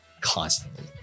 constantly